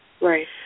Right